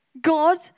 God